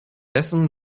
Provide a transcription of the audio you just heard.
dessen